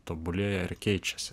tobulėja ir keičiasi